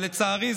אבל לצערי,